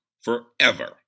forever